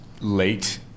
late